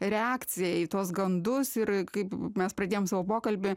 reakcija į tuos gandus ir kaip mes pradėjom savo pokalbį